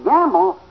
Gamble